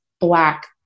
black